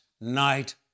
night